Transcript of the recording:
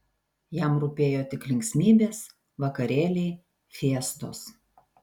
jam rūpėjo tik linksmybės vakarėliai fiestos